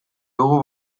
dugu